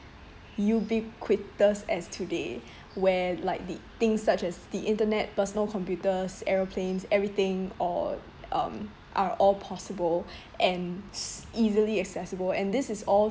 ubiquitous as today where like the things such as the internet personal computers aeroplanes everything or um are all possible and s~ easily accessible and this is all